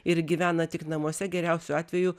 ir gyvena tik namuose geriausiu atveju